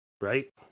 Right